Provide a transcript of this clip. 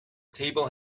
table